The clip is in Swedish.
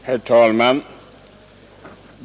Herr talman!